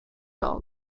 dog